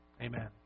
amen